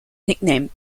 nicknamed